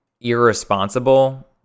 irresponsible